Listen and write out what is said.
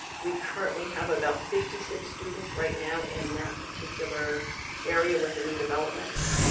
we currently have about fifty six students right now in that particular area with the new developments,